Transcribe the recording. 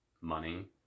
money